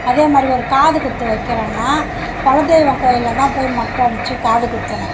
அதே மாதிரி ஒரு காதுக்குத்து வைக்கிறோன்னா குலதெய்வம் கோயிலில் தான் போய் மொட்டைடிச்சி காது குத்தணும்